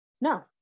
no